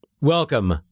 Welcome